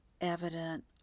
evident